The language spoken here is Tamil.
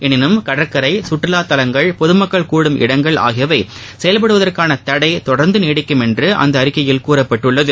எனினும் கடற்கரை சுற்றுலா தலங்கள் பொதமக்கள் கூடும் இடங்கள் ஆகியவை செயல்படுவதற்கான தடை தொடர்ந்து நீடிக்கும் என்று அந்த அறிக்கை கூறப்பட்டுள்ளது